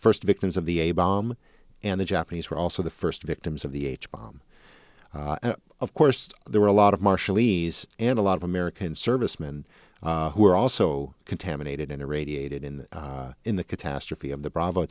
first victims of the a bomb and the japanese were also the first victims of the h bomb of course there were a lot of marshallese and a lot of american servicemen who were also contaminated in a radiated in the in the catastrophe of the bravo